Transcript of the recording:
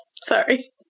Sorry